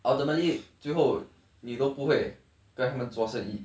ultimately 最后你都不会跟他们做生意